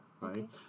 right